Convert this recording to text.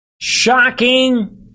Shocking